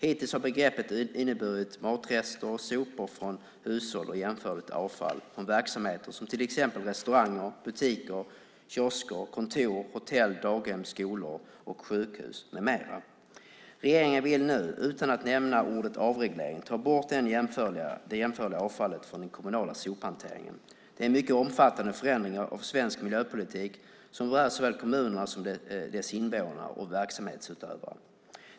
Hittills har begreppet inneburit matrester, sopor och jämförligt avfall från verksamheter som till exempel restauranger, butiker, kiosker, kontor, daghem, skolor, sjukhus med mera. Regeringen vill nu utan att nämna ordet avreglering ta bort det jämförliga avfallet från den kommunala sophanteringen. Det är mycket omfattande förändringar av svensk miljöpolitik som rör såväl kommunerna som deras invånare och verksamhetsutövare.